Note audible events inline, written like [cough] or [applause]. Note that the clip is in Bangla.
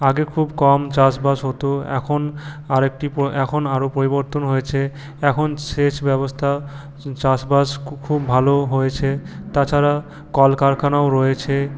আগে খুব কম চাষবাস হত এখন আরেকটি [unintelligible] এখন আরও পরিবর্তন হয়েছে এখন সেচ ব্যবস্থা চাষবাস খুব ভালো হয়েছে তাছাড়া কলকারখানাও রয়েছে